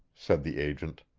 said the agent.